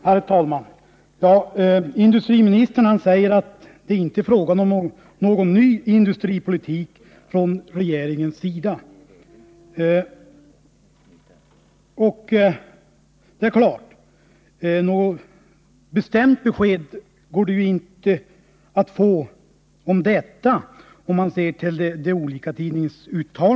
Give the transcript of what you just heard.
Herr talman! Industriministern säger att det här inte är fråga om någon ny industripolitik, men med tanke på de tidningsuttalanden som industriminis tern har gjort konstaterar jag att det tydligen inte går att få något bestämt besked om detta.